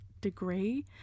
degree